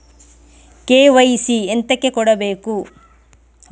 KYC ಎಂತಕೆ ಕೊಡ್ಬೇಕು?